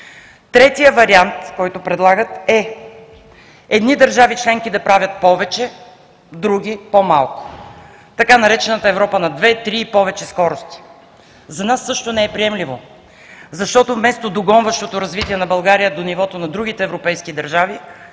Третият вариант, който предлагат е: едни държави членки да правят повече, други по-малко – така наречената „Европа на две, три и повече скорости“. За нас също не е приемливо, защото вместо догонващото развитие на България до нивото на другите европейски държави,